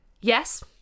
Yes